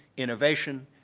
innovation,